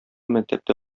мәктәптә